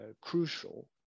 crucial